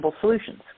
solutions